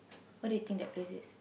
what do you think that place is